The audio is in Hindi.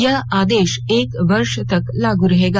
यह आदेश एक वर्ष तक लागू रहेगा